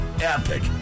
epic